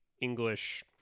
English